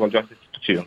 valdžios institucijų